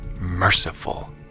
merciful